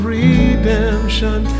redemption